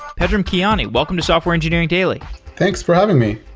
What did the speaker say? pedram keyani, welcome to software engineering daily thanks for having me.